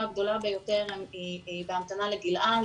הגדולה ביותר היא בהמתנה ל'גילעם',